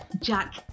Jack